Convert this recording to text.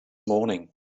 morning